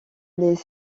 les